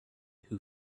who